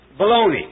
baloney